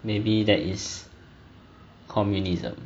maybe that is communism